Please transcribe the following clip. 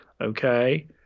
Okay